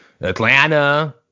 Atlanta